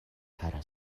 kara